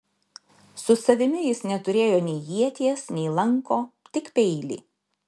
su savimi jis neturėjo nei ieties nei lanko tik peilį